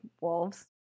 wolves